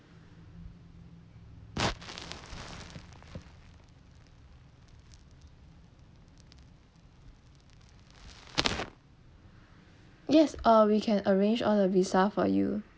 yes err we can arrange all the visa for you